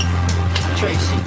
Tracy